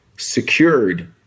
secured